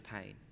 pain